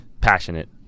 passionate